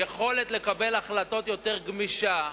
יכולת לקבל החלטות יותר גמישות,